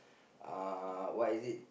uh what is it